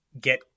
get